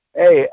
Hey